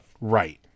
Right